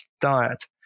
diet